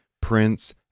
Prince